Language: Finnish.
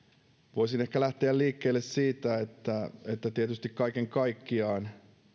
voisin ehkä lähteä liikkeelle siitä että että tietysti kaiken kaikkiaan